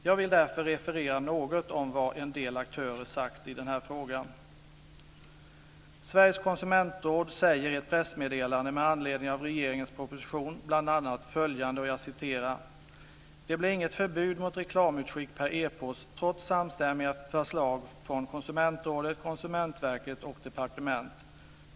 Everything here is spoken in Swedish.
Jag vill därför referera något av vad en del aktörer sagt i den här frågan. följande: "Det blir inget förbud mot reklamutskick per e-post trots samstämmiga förslag från Konsumentrådet, Konsumentverket och departement.